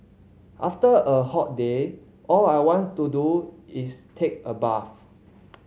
after a hot day all I want to do is take a bath